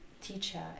teacher